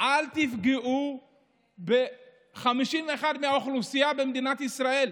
אל תפגעו ב-51% מהאוכלוסייה במדינת ישראל,